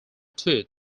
tooth